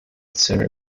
sooner